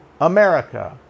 America